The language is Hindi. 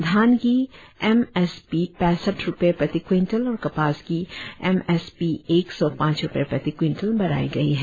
धान की एम एस पी पैसठ रुपये प्रति क्विंटल और कपास की एम एस पी एक सौ पांच रुपये प्रति क्विंटल बढ़ाई गई है